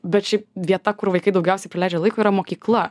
bet šiaip vieta kur vaikai daugiausiai praleidžia laiko yra mokykla